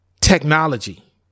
technology